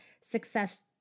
success